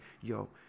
yo